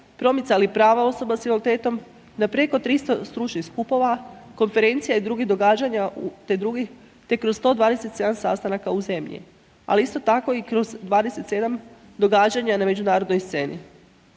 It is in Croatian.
promicali prava osoba s invaliditetom na preko 300 stručnih skupova, konferencija i drugih događanja te drugih, te kroz 127 sastanaka u zemlji, ali isto tako i kroz 27 događanja na međunarodnoj sceni.